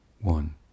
one